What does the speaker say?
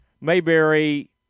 Mayberry